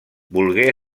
volgué